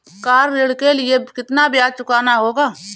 Car ऋण के लिए कितना ब्याज चुकाना होगा?